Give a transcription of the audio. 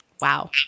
Wow